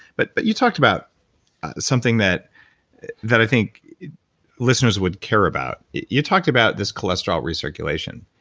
but but you talked about something that that i think listeners would care about. you talked about this cholesterol recirculation,